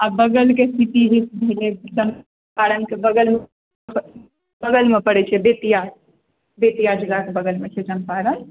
बगलके सिटी भेलै चम्पारणके बगलमे बगलमे पड़ै छै बेतिया बेतिया जिलाके बगलमे छै चम्पारण